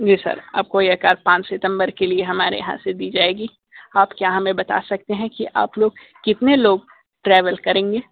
जी sir आपको ये car पाँच सितंबर के लिए हमारे यहाँ से दी जाएगी आप क्या हमें बता सकते है कि आप लोग कितने लोग ट्रैवेल करेंगे